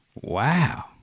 Wow